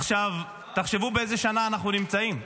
עכשיו, תחשבו באיזו שנה אנחנו נמצאים,